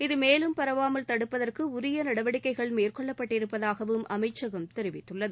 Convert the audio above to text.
இது மேலும் பரவாமல் தடுப்பதற்கு உரிய நடவடிக்கைகள் மேற்கொள்ளபட்டிருப்பதாகவும் அமைச்சகம் தெரிவித்துள்ளது